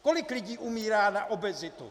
Kolik lidí umírá na obezitu?